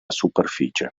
superficie